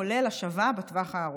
כולל השבה בטווח הארוך.